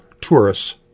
tourists